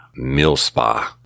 Millspa